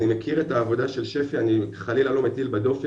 אני מכיר את העבודה של שפי אני חלילה לא מטיל בה דופי,